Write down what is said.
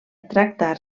tractar